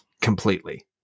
completely